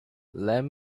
let